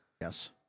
Yes